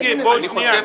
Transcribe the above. מיקי, בוא שנייה.